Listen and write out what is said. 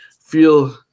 feel